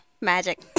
magic